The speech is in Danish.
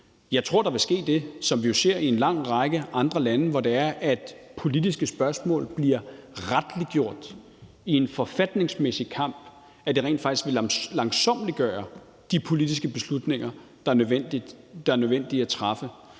Jeg tror, at der vil ske det, som vi jo ser i en lang række andre lande, hvor politiske spørgsmål bliver retliggjort i en forfatningsmæssig kamp, og at det rent faktisk langsommeliggør de politiske beslutninger, der er nødvendige at træffe.